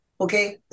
Okay